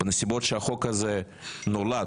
בנסיבות שהחוק הזה נולד,